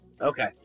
Okay